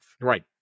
Right